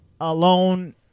alone